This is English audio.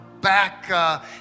back